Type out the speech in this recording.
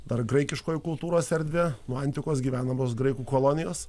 dar graikiškoji kultūros erdvė nuo antikos gyvenamos graikų kolonijos